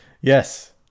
Yes